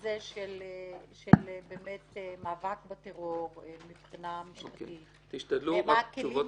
הזה של מאבק בטרור מבחינה משפטית ומה הכלים,